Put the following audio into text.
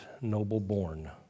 noble-born